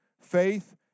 faith